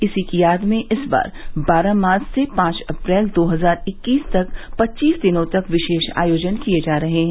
इसी की याद में इस बार बारह मार्च से पांच अप्रैल दो हजार इक्कीस तक पच्चीस दिनों तक विशेष आयोजन किये जा रहे हैं